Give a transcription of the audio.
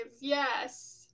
Yes